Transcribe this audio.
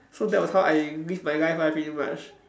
so that was how I live my life ah pretty much